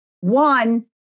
One